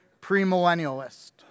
premillennialist